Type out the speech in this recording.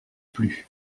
plus